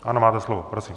Ano, máte slovo, prosím.